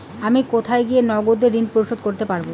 আমি কোথায় গিয়ে নগদে ঋন পরিশোধ করতে পারবো?